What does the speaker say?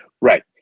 Right